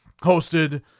hosted